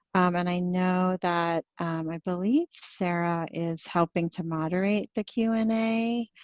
um and i know that i believe sarah is helping to moderate the q and a